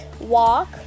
walk